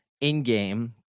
in-game